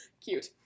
Cute